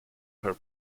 her